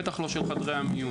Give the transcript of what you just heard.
בטח לא של חדרי המיון.